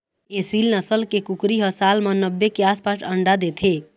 एसील नसल के कुकरी ह साल म नब्बे के आसपास अंडा देथे